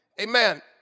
Amen